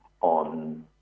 on